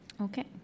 Okay